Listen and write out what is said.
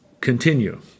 continue